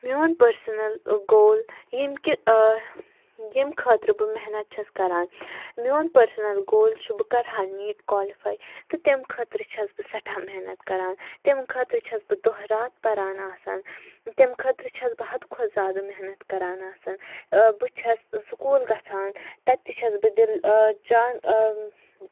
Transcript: میون personal goal ییٚمہِ کہِ ییٚمہِ خٲطرٕ بہٕ محنت چھَس کَران میون پٔرسٕنَل گول چھُ بہٕ کَرٕ ہا نیٖٹ کالِفَے تہٕ تَمہِ خٲطرٕ چھَس بہٕ سٮ۪ٹھاہ محنت کَران تَمہِ خٲطرٕ چھَس بہٕ دۄہ راتھ پَران آسان تَمہِ خٲطرٕ چھَس بہٕ حَدٕ کھۄتہٕ زیادٕ محنت کَران آسان بہٕ چھَس سکوٗل گژھان تَتہِ تہِ چھَس بہٕ دِل جان